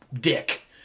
dick